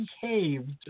behaved